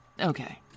Okay